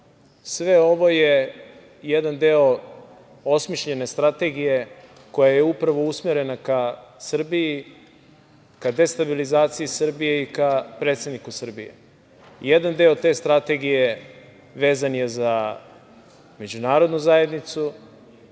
Sve ovo je jedan deo osmišljene strategije koja je upravo usmerena ka Srbiji, ka destabilizaciji Srbije i ka predsedniku Srbije. Jedan deo te strategije vezan je za međunarodnu zajednicu,